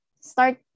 start